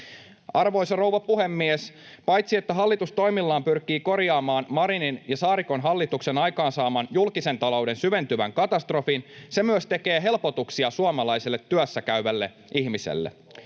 Arvoisa rouva puhemies! Paitsi että hallitus toimillaan pyrkii korjaamaan Marinin ja Saarikon hallituksen aikaansaaman julkisen talouden syventyvän katastrofin, se myös tekee helpotuksia suomalaiselle työssä käyvälle ihmiselle.